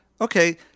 okay